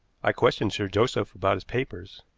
i questioned sir joseph about his papers.